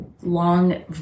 long